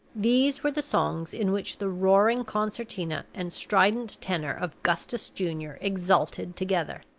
these were the songs in which the roaring concertina and strident tenor of gustus junior exulted together.